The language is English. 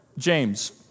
James